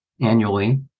annually